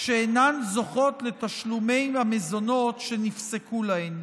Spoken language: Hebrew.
שאינן זוכות לתשלומי המזונות שנפסקו להן.